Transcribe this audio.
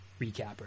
recapper